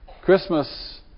Christmas